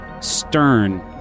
stern